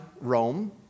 Rome